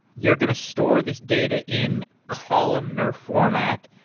you're going to store this data in columnar format.